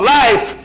life